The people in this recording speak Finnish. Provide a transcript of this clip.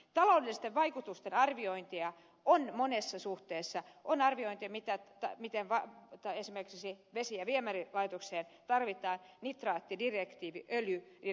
taloudellisten vaikutusten arviointia on monessa suhteessa tehty on arvioitu mitä esimerkiksi vesi ja viemärilaitokseen tarvitaan nitraattidirektiivi öljydirektiivi